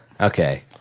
Okay